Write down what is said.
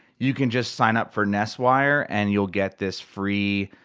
you can just sign up for nestwire, and you'll get this free,